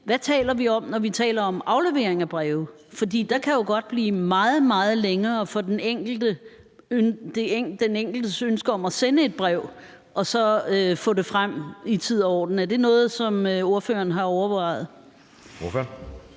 hvad taler vi om, når vi taler om aflevering af breve? For der kan jo godt blive meget, meget længere for den enkelte, der ønsker at sende et brev og få det frem i ordentlig tid. Er det noget, som ordføreren har overvejet? Kl.